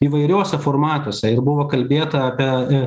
įvairiose formatuose ir buvo kalbėta apie